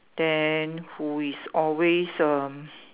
then who is always err